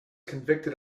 convicted